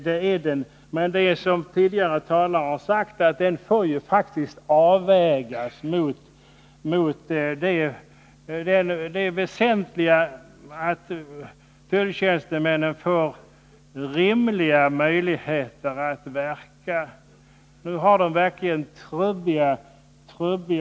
Men den får faktiskt, som tidigare talare sagt, avvägas mot det väsentliga kravet att tulltjänstemännen får rimliga möjligheter att verka. Nu har de faktiskt trubbiga arbetsredskap.